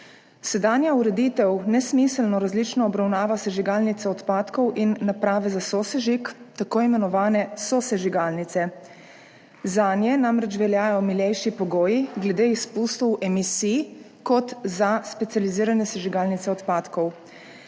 Sedanja ureditev nesmiselno različno obravnava sežigalnice odpadkov in naprave za sosežig, tako imenovane sosežigalnice. Zanje namreč veljajo milejši pogoji glede izpustov emisij kot za specializirane sežigalnice odpadkov.